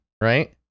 right